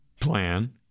plan